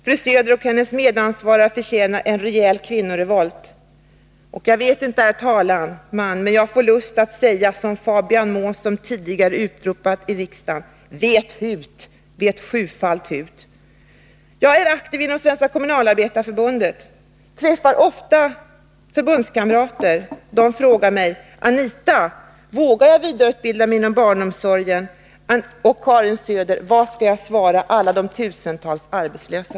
Fru Söder och hennes medansvariga förtjänar en rejäl kvinnorevolt. Jag vet inte, herr talman, men jag får lust att säga detsamma som Fabian Månsson utropade i riksdagen: ”Vet hut, vet sjufalt hut!” Jag är aktiv inom Svenska kommunalarbetareförbundet. Ofta träffar jag förbundskamrater, och de frågar mig: Anita, vågar jag vidareutbilda mig inom barnomsorgen? Och Karin Söder, vad skall jag svara alla de tusentals arbetslösa?